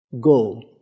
Go